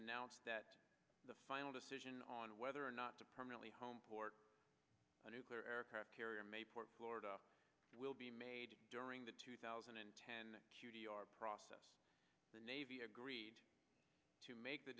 announced that the final decision on whether or not to permanently homeport a nuclear aircraft carrier mayport florida will be made during the two thousand and ten process the navy agreed to make the